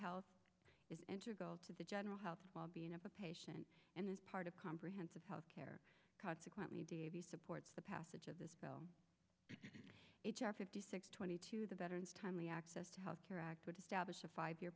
health is enter gold to the general health and well being of a patient and is part of comprehensive health care consequently davey supports the passage of this bill h r fifty six twenty two the veterans timely access to health care act would establish a five year